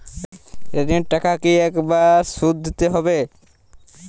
ঋণের টাকা কি একবার শোধ দিতে হবে?